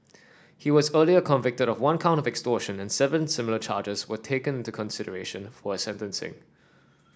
he was earlier convicted of one count of extortion and seven similar charges were taken into consideration for his sentencing